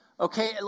Okay